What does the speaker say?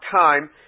time